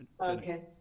Okay